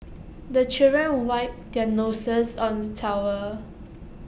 the children wipe their noses on the towel